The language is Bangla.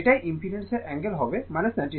এটাই ইম্পিডেন্সের অ্যাঙ্গেল হবে 90o